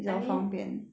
I mean